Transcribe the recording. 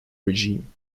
regime